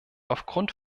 aufgrund